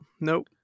nope